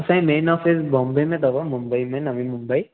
असांजी main office Bombay में अथव मुंबई में नवी मुंबई